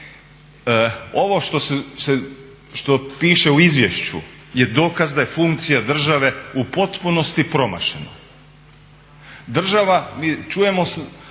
Ovo što piše u izvješću je dokaz da je funkcija države u potpunosti promašena. Država čujemo